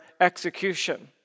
execution